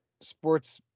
sports